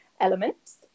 elements